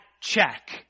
check